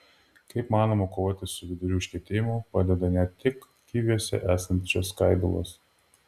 kaip manoma kovoti su vidurių užkietėjimu padeda ne tik kiviuose esančios skaidulos